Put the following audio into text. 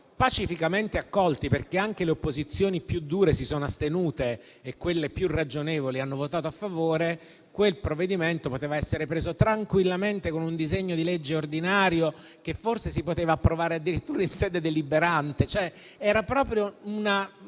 pacificamente accolti, perché anche le opposizioni più dure si sono astenute e quelle più ragionevoli hanno votato a favore, quel provvedimento poteva essere preso tranquillamente con un disegno di legge ordinario, che forse si poteva approvare addirittura in sede deliberante. Si trattava,